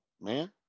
Man